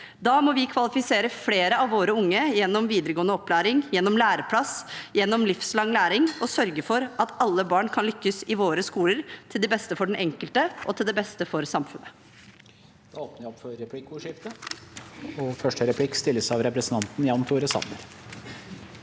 Da må vi kvalifisere flere av våre unge gjennom videregående opplæring, læreplass og livslang læring og sørge for at alle barn kan lykkes i våre skoler – til beste for den enkelte og til beste for samfunnet.